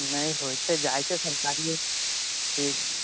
नहि होइ छै जाइ छै सरकारी हॉस्पिटल